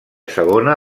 segona